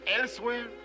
elsewhere